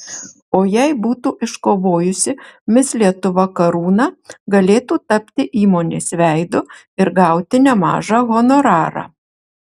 o jei būtų iškovojusi mis lietuva karūną galėtų tapti įmonės veidu ir gauti nemažą honorarą